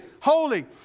holy